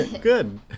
Good